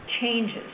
changes